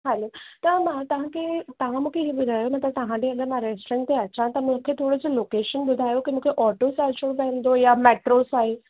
हलो त मां तव्हांखे तव्हां मूंखे इहो ॿुधायो न त तव्हां ॾिए अगरि मां रेस्टोरेंट ते अचां त मूंखे थोरो सो लोकेशन ॿुधायो की मूंखे ऑटो सां अचिणो पवंदो या मेट्रो सां ई